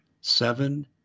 Seven